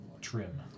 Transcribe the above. trim